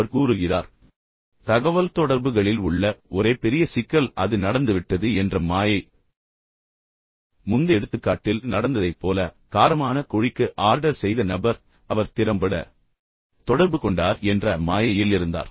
அவர் கூறுகிறார் தகவல்தொடர்புகளில் உள்ள ஒரே பெரிய சிக்கல் அது நடந்துவிட்டது என்ற மாயை முந்தைய எடுத்துக்காட்டில் நடந்ததைப் போல காரமான கோழிக்கு ஆர்டர் செய்த நபர் அவர் திறம்பட தொடர்பு கொண்டார் என்ற மாயையில் இருந்தார்